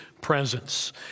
presence